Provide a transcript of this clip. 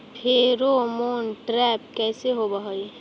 Pheromone trap कैसे होब हई?